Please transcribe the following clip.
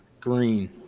green